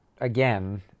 again